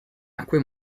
acque